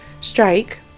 Strike